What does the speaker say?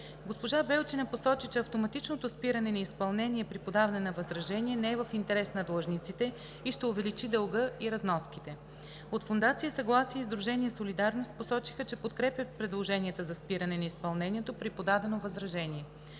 Госпожа Белчина посочи, че автоматичното спиране на изпълнение при подаване на възражение не е в интерес на длъжниците и ще увеличи дълга и разноските. От фондация „Съгласие“ и сдружение „Солидарност“ посочиха, че подкрепят предложенията за спиране на изпълнението при подадено възражение.